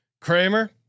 Kramer